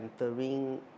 entering